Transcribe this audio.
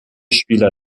spieler